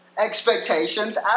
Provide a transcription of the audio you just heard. expectations